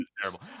terrible